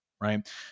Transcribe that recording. Right